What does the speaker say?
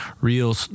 real